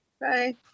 Bye